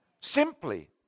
simply